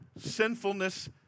sinfulness